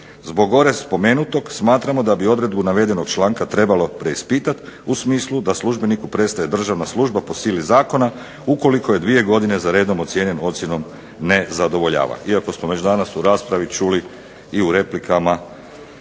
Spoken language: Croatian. Zbog gore spomenutog smatramo da bi odredbu navedenog članka trebalo preispitati u smislu da službeniku prestaje državna služba po sili zakona ukoliko je dvije godine za redom ocijenjen ocjenom "ne zadovoljava". Iako smo već danas u raspravi čuli i u replikama